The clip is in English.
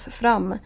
fram